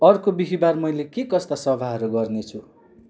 अर्को बिहीवार मैले के कस्ता सभाहरू गर्नेछु